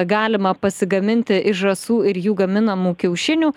galima pasigaminti iš žąsų ir jų gaminamų kiaušinių